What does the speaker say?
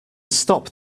stop